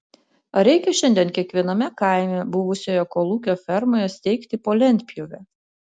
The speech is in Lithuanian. ar reikia šiandien kiekviename kaime buvusioje kolūkio fermoje steigti po lentpjūvę